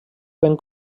ben